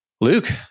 Luke